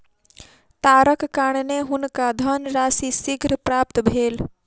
तारक कारणेँ हुनका धनराशि शीघ्र प्राप्त भेल